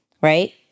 right